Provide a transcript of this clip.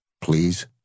please